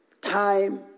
time